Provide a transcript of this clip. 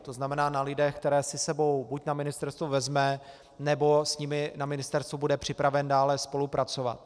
To znamená na lidech, které si s sebou buď na ministerstvo vezme nebo s nimi na ministerstvu bude připraven dále spolupracovat.